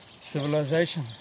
civilization